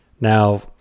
Now